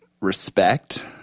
respect